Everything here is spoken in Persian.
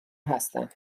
هستم